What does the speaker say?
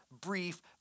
brief